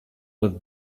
with